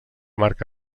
marc